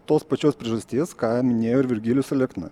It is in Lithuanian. tos pačios priežasties ką minėjo ir virgilijus alekna